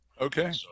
Okay